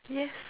yes